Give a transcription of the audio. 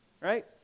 right